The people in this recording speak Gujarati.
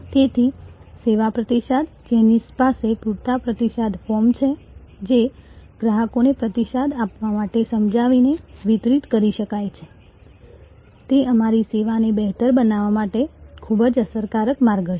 તેથી સેવા પ્રતિસાદ જેની પાસે પૂરતા પ્રતિસાદ ફોર્મ્સ છે જે ગ્રાહકોને પ્રતિસાદ આપવા માટે સમજાવીને વિતરિત કરી શકાય છે તે તમારી સેવાને બહેતર બનાવવા માટે ખૂબ અસરકારક માર્ગ હશે